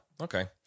okay